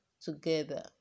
together